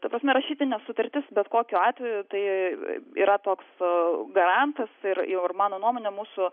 ta prasme rašytinė sutartis bet kokiu atveju tai yra toks e garantas ir ir mano nuomone mūsų